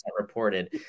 reported